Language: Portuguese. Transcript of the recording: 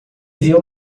viu